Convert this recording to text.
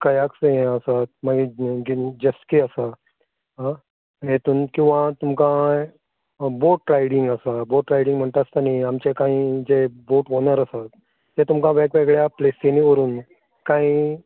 kayaks हे आसात मागीर जन जस्की आसा आ हेतून किंवा तुमकां बोट रायडींग आसा बोट रायडींग म्हणटा आसता न्ही आमचे कांय जे बोट वोनर आसात ते तुमकां वेग वेगळ्या प्लेसींनी व्हरून कांय